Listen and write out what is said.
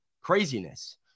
craziness